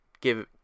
Give